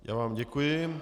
Já vám děkuji.